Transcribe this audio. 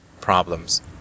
problems